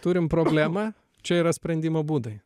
turim problemą čia yra sprendimo būdai